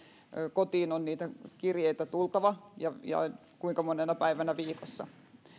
kotiin on niitä kirjeitä tultava sen kuinka monena päivänä viikossa